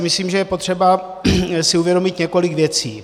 Myslím si, že je potřeba si uvědomit několik věcí.